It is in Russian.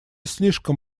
слишком